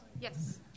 Yes